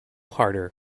harder